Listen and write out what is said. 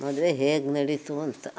ಮದುವೆ ಹೇಗೆ ನಡಿತು ಅಂತ